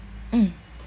mm